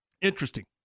Interesting